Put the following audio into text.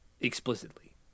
Explicitly